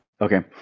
Okay